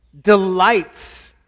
delights